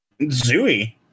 Zooey